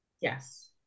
Yes